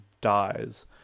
dies